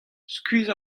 skuizh